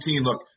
Look